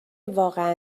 واقعا